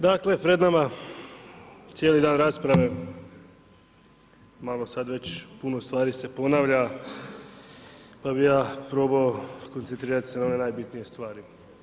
Dakle, pred nama cijeli dan rasprave, malo sad već puno stvari se ponavlja pa bih ja probao koncentrirati se na ono najbitnije u stvari.